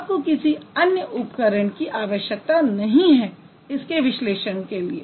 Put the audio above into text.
आपको किसी अन्य उपकरण की आवश्यकता नहीं है इसके विश्लेषण के लिए